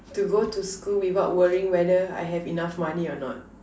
to go to school without worrying whether I have enough money or not